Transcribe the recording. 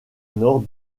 nord